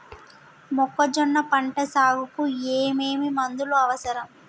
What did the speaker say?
మొక్కజొన్న పంట సాగుకు ఏమేమి మందులు అవసరం?